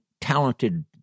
talented